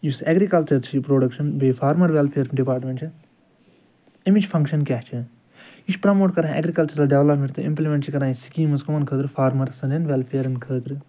یُس ایگریکلچر چھُ یہِ پرٛوڈکشن بیٚیہِ فارمر ویلفیر ڈِپارٹمٮ۪نٛٹ چھِ اَمِچ فنٛگشن کیٛاہ چھِ یہِ چھُ پرٛموٹ کَران ایگریکلچرل ڈیولپمٮ۪نٛٹ تہٕ اِپِلمٮ۪نٛٹ چھِ یہِ کران سِکیٖمٕز کٕمن خٲطرٕ فارمٲرسن ہٕنٛدِ ویلفیرن خٲطرٕ